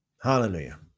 Hallelujah